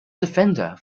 defender